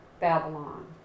Babylon